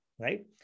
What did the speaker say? Right